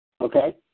Okay